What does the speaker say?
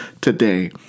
today